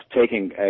taking